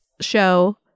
Show